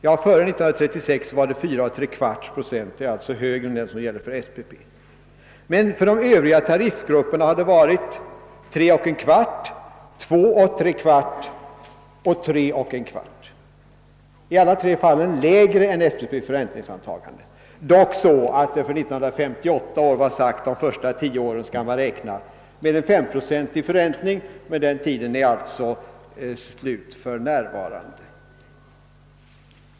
Ja, före 1936 var det 43 4, 23 4. I alla tre fallen har alltså procenttalet varit lägre än SPP:s förräntningsantagande — dock så att det för år 1958 var angivet att de första åren skall man räkna med en 5-procentig förräntning. Men den tiden har alltså nu gått ut.